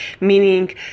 meaning